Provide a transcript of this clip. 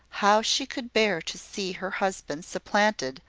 how she could bear to see her husband supplanted,